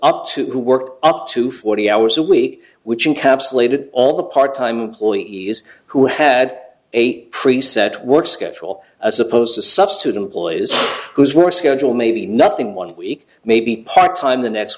up to work up to forty hours a week which in capsulated on the part time employees who had a pre set work schedule as opposed to substitute employees whose work schedule may be nothing one week maybe part time the next